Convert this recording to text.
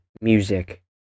music